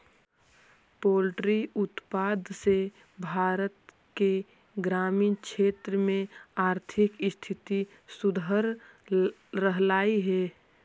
poultry उत्पाद से भारत के ग्रामीण क्षेत्र में आर्थिक स्थिति सुधर रहलई हे